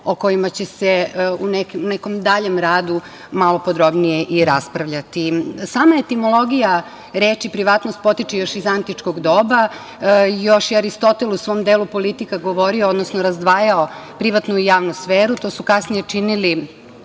o kojima će se u nekom daljem radu malo podrobnije i raspravljati. Sama etimologija reči "privatnost" potiče još iz antičkog doba. Još je Aristotel u svom delu politika govorio, odnosno razdvajao privatnu i javnu sferu. To su kasnije činili